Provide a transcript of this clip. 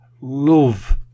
love